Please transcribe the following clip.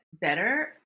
better